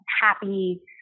happy